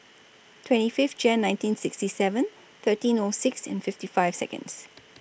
twenty five January nineteen sixty seven thirteen O six and fifty five Seconds